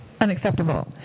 Unacceptable